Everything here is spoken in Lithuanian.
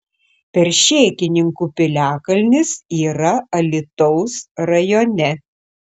peršėkininkų piliakalnis yra alytaus rajone